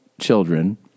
children